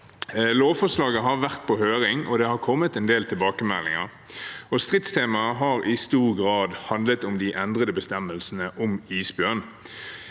Lovforslaget har vært på høring, og det har kommet en del tilbakemeldinger, og stridstemaet har i stor grad handlet om de endrede bestemmelsene om isbjørn.